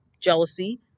jealousy